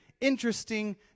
interesting